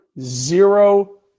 zero